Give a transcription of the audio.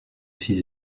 six